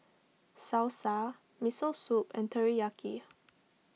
Salsa Miso Soup and Teriyaki